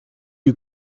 you